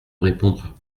répondre